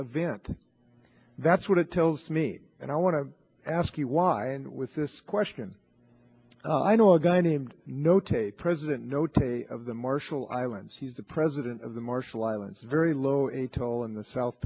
event that's what it tells me and i want to ask you why and with this question i know a guy named no take president no take of the marshall islands he's the president of the marshall islands very low a toll in the south